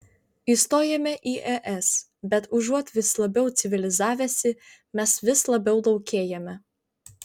įstojome į es bet užuot vis labiau civilizavęsi mes vis labiau laukėjame